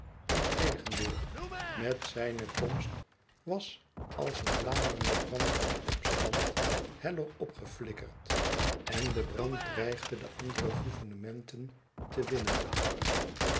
integendeel met zijne komst was als een laaie brand van opstand heller opgeflikkerd en de brand dreigde andere gouvernementen te winnen